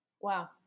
Wow